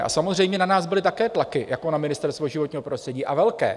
A samozřejmě na nás byly také tlaky jako na Ministerstvo životního prostředí, a velké.